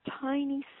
tiny